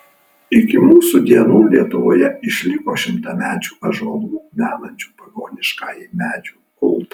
iki mūsų dienų lietuvoje išliko šimtamečių ąžuolų menančių pagoniškąjį medžių kultą